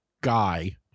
guy